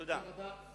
תודה.